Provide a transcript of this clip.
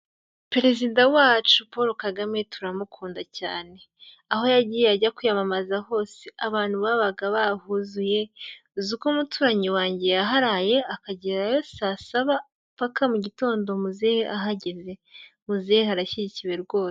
Perezida wacu Paul kagame turamukunda cyane, aho yagiye ajya kwiyamamaza hose abantu babaga bahuzuye uzi ko umuturanyi wanjye yaharaye akagerayo saa saba paka mu gitondo muzehe ahageze, muzehe arashyigikiwe rwose.